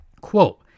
Quote